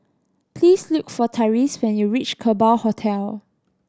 please look for Tyreese when you reach Kerbau Hotel